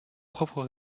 propres